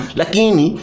lakini